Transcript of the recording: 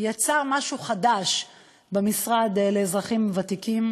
יצר משהו חדש במשרד לאזרחים ותיקים